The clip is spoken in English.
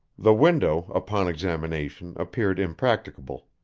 the window upon examination appeared impracticable.